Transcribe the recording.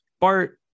Bart